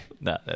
No